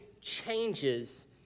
changes